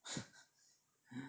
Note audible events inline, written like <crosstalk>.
<laughs>